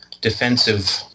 defensive